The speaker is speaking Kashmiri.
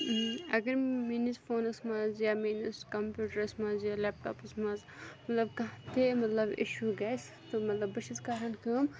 اگر میٛٲنِس فونَس مںٛز یا میٛٲنِس کَمپیوٗٹرَس منٛز یا لٮ۪پٹاپَس منٛز مطلب کانٛہہ تہِ مطلب اِشوٗ گژھِ مطلب بہٕ چھَس کَران کٲم